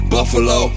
Buffalo